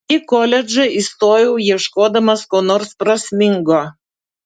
į koledžą įstojau ieškodamas ko nors prasmingo